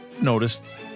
noticed